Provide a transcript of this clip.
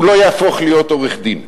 הוא לא יהפוך להיות עורך-דין.